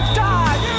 die